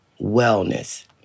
wellness